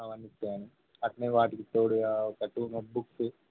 అవనిస్తను అట్నే వాటికి తోడు ఒకటు నోట్ బుక్స్